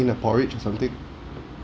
a porridge or something